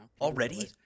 Already